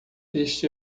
este